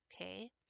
Okay